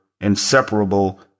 inseparable